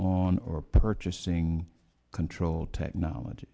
on or purchasing control technology